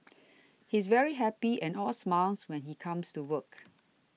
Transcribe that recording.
he's very happy and all smiles when he comes to work